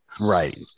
Right